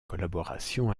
collaboration